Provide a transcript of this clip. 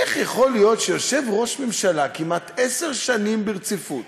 איך יכול להיות שיושב ראש ממשלה כמעט עשר שנים ברציפות